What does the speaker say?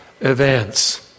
events